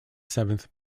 seventh